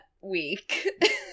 week